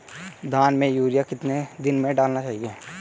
धान में यूरिया कितने दिन में डालना चाहिए?